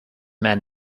men